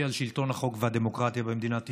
על שלטון החוק והדמוקרטיה במדינת ישראל.